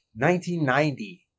1990